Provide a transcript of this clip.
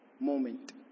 moment